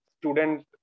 student